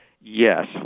yes